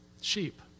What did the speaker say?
sheep